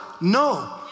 No